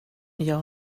jag